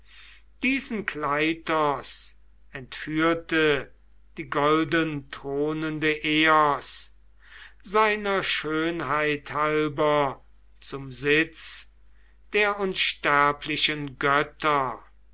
diesen kleitos entführte die goldenthronende eos seiner schönheit halber zum sitz der unsterblichen götter